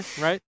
right